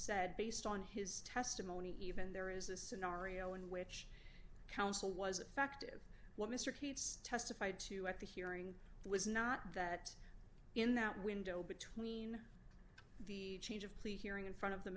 said based on his testimony even there is a scenario in which counsel was effective what mr keats testified to at the hearing was not that in that window between the change of plea hearing in front of the